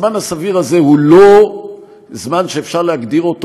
הזמן הסביר הזה הוא לא זמן שאפשר להגדיר אותו